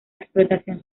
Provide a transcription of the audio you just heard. explotación